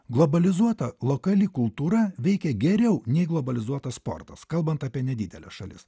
globalizuota lokali kultūra veikia geriau nei globalizuotas sportas kalbant apie nedideles šalis